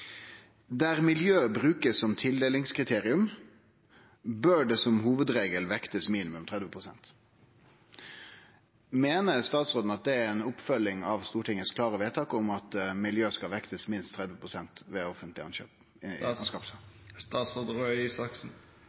miljø brukes som tildelingskriterium, bør det som hovedregel vektes minimum 30 prosent.» Meiner statsråden at det er ei oppfølging av Stortingets klare vedtak om at miljø skal bli vekta minst 30 pst. ved